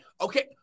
Okay